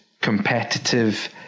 competitive